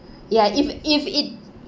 ya if if it